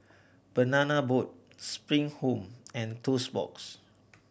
Banana Boat Spring Home and Toast Box